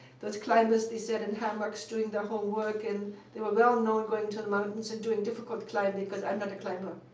those climbers they sit in hammocks doing their homework, and they were well-known going to the mountains and doing difficult climbing. because i'm not a climber,